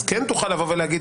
אז כן תוכל לבוא ולהגיד,